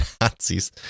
Nazis